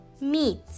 Meat